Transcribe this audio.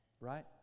Right